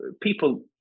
people